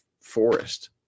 forest